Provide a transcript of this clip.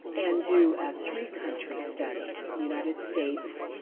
and do a three country study united states,